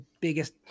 biggest